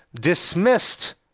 Dismissed